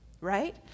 right